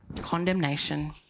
condemnation